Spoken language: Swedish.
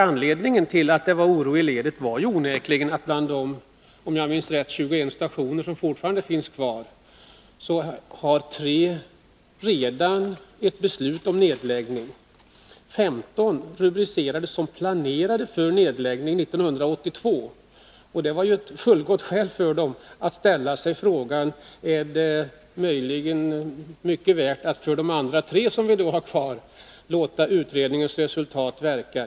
Anledningen till att det var oro i ledet var ju onekligen att av de 21 —om jag minns rätt — stationer som fortfarande finns kvar har det för 3 redan fattats beslut om nedläggning och 15 rubricerats som planerade för nedläggning 1982. Det var ett fullgott skäl för dem att ställa frågan: Är det mycket värt att låta utredningens resultat verka för de övriga tre som är kvar?